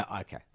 Okay